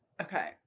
Okay